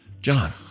john